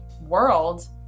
world